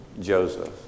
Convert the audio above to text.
Joseph